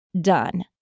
done